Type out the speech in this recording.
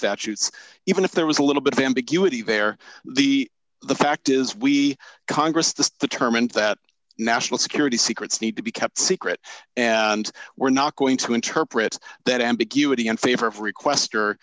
statutes even if there was a little bit of ambiguity there the fact is we congress determined that national security secrets need to be kept secret and we're not going to interpret that ambiguity in favor of